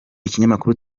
ikinyamakuru